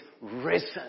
risen